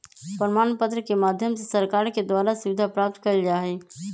प्रमाण पत्र के माध्यम से सरकार के द्वारा सुविधा प्राप्त कइल जा हई